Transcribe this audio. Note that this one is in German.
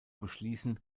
beschließen